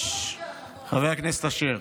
חבר הכנסת אשר,